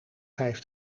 heeft